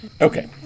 Okay